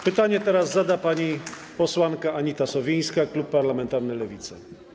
Pytanie zada pani posłanka Anita Sowińska, klub parlamentarny Lewica.